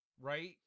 right